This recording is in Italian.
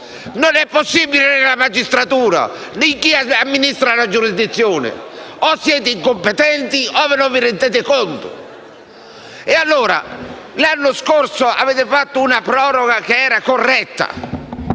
Non è possibile nella magistratura, nei confronti di chi amministra la giurisdizione. O siete incompetenti o non vi rendete conto. L'anno scorso avete fatto una proroga che era corretta: